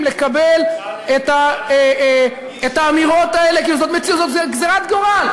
לקבל את האמירות האלה כאילו זאת גזירת גורל.